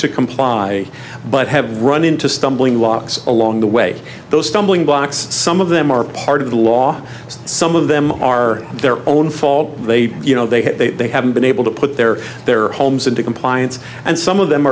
to comply but have run into stumbling walks along the way those stumbling blocks some of them are part of the law some of them are their own fault they you know they they haven't been able to put their their homes into compliance and some of them